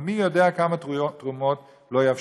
ומי יודע כמה תרומות לא יבשילו",